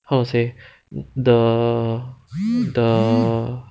how to say the the